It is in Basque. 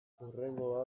hurrengoa